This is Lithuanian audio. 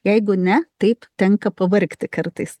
jeigu ne taip tenka pavargti kartais